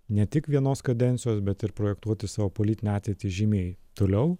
ne tik vienos kadencijos bet ir projektuoti savo politinę ateitį žymiai toliau